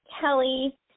kelly